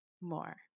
more